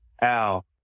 Al